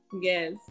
Yes